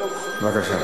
בבקשה,